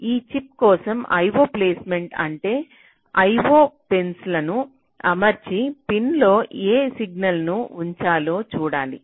ఈ చిప్ కోసం IO placement IO placement అంటే IO పిన్లనుIO pins అమర్చి పిన్ లో ఏ సిగ్నల్ను ఉంచాలో చూడాలి